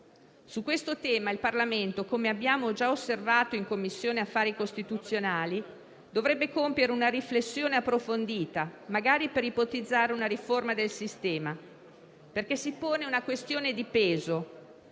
Su questo tema il Parlamento, come abbiamo già osservato in Commissione affari costituzionali, dovrebbe compiere una riflessione approfondita, magari per ipotizzare una riforma del sistema, perché si pone una questione di peso: